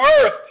earth